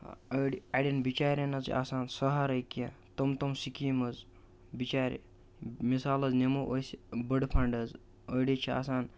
أڑۍ اَڑٮ۪ن بِچیٛارٮ۪ن حظ چھِ آسان سہارَے کیٚنٛہہ تِم تِم سِکیٖمہٕ حظ بِچیٛارِ مِثال حظ نِمو أسۍ بٕڈٕ فنٛڈ حظ أڑۍ حظ چھِ آسان